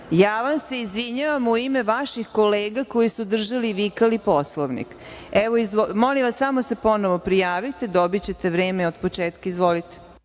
ja vam se izvinjavam u ime vaših kolega koji su držali i vikali Poslovnik. Molim vas, samo se ponovo prijavite, dobićete vreme od početka, izvolite.